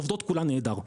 עובדות כולן נהדר.